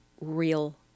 real